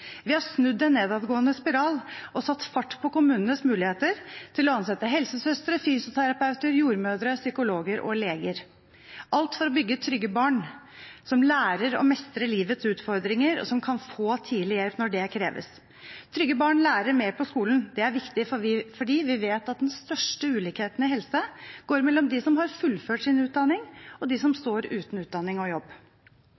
Vi har snudd en nedadgående spiral og satt fart på kommunenes muligheter til å ansette helsesøstre, fysioterapeuter, jordmødre, psykologer og leger – alt for å bygge trygge barn som lærer å mestre livets utfordringer, og som kan få tidlig hjelp når det kreves. Trygge barn lærer mer på skolen. Det er viktig, for vi vet at den største ulikheten i helse går mellom dem som har fullført sin utdanning, og dem som